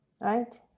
right